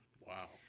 Wow